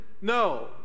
no